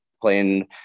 playing